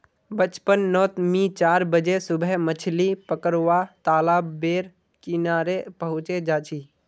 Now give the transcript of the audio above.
बचपन नोत मि चार बजे सुबह मछली पकरुवा तालाब बेर किनारे पहुचे जा छी